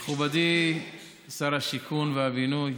מכובדי שר השיכון והבינוי,